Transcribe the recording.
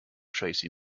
tracy